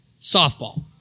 softball